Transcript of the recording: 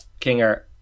kinger